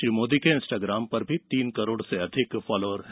श्री मोदी के इंस्टाग्राम पर तीन करोड से अधिक फॉलोवर हैं